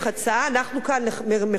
אנחנו כאן מחכים לזה.